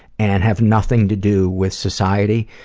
and have nothing to do with society